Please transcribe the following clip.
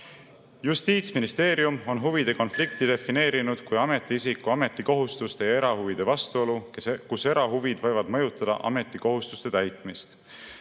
Justiitsministeerium on huvide konflikti defineerinud kui ametiisiku ametikohustuste ja erahuvide vastuolu, kus erahuvid võivad mõjutada ametikohustuste täitmist.